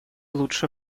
лучше